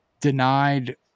denied